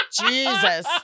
Jesus